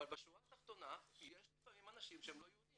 אבל בשורה התחתונה יש לפעמים אנשים שהם לא יהודים.